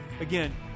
Again